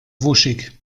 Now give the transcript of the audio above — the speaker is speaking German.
wuschig